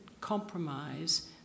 compromise